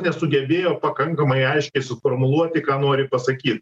nesugebėjo pakankamai aiškiai suformuluoti ką nori pasakyt